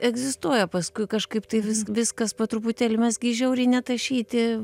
egzistuoja paskui kažkaip tai vis viskas po truputėlį mes gi žiauriai netašyti